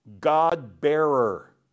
God-bearer